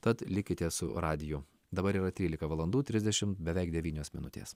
tad likite su radiju dabar yra trylika valandų trisdešimt beveik devynios minutės